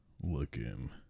looking